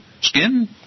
skin